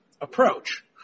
approach